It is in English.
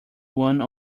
one